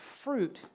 fruit